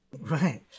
right